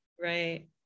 right